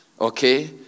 Okay